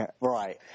right